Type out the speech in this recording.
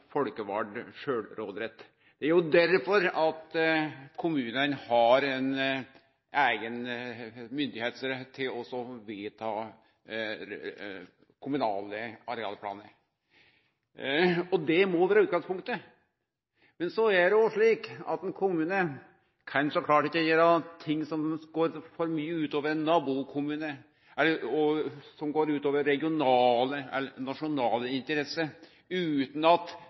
folkevald sjølvråderett. Det er jo derfor kommunane har ei eiga myndigheit til å vedta kommunale arealplanar. Det må vere utgangspunktet. Men så er det òg slik at ein kommune kan så klart ikkje gjere ting som går for mye ut over ein nabokommune, og som går ut over regionale eller nasjonale interesser, utan at